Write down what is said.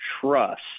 trust